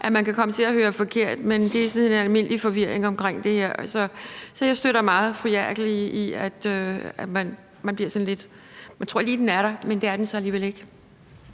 man kan komme til at høre forkert, men at der er sådan en helt almindelig forvirring omkring det her. Så jeg støtter meget fru Brigitte Klintskov Jerkel i, at man bliver sådan lidt forvirret. Man tror lige, den er der, men det er den så alligevel ikke.